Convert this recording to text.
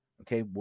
okay